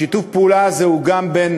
שיתוף הפעולה הזה הוא גם בין